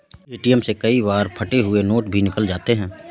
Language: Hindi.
ए.टी.एम से कई बार फटे हुए नोट भी निकल जाते हैं